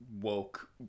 woke